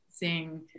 seeing